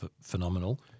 phenomenal